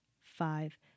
five